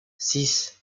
six